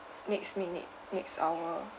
next minute next hour